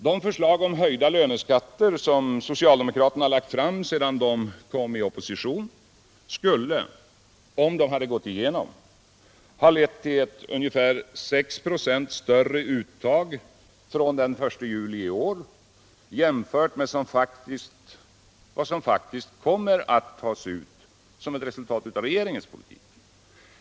De förslag om höjda löneskatter, som socialdemokraterna har lagt fram sedan de kom i opposition, skulle — om de hade gått igenom — ha lett till ett ungefär 6 96 större uttag från den 1 juli i år jämfört med vad som faktiskt kommer att tas ut som ett resultat av regeringens politik.